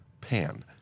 Pan